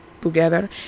together